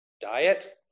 diet